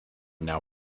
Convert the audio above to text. now